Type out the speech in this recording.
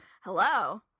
Hello